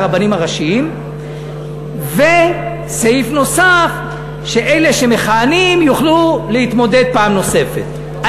הרבנים הראשיים וסעיף נוסף שאלה שמכהנים יוכלו להתמודד פעם נוספת?